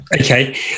okay